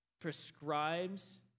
prescribes